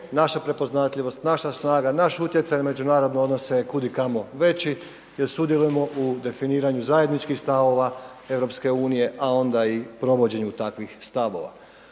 naša prepoznatljivost, naša snaga, naš utjecaj u međunarodne odnose je kudikamo veći jer sudjelujemo u definiranju zajedničkih stavova EU a onda i provođenju takvih stavova.